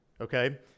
Okay